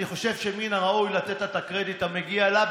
אני חושב שמן הראוי לתת לה את הקרדיט המגיע לה.